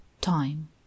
time